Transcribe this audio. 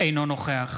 אינו נוכח